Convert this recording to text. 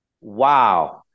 wow